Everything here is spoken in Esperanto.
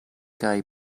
kaj